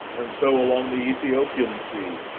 and so along the aethiopian sea,